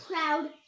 proud